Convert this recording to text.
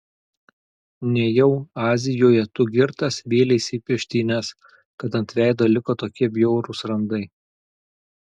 nejau azijoje tu girtas vėleisi į peštynes kad ant veido liko tokie bjaurūs randai